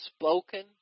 spoken